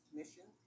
mission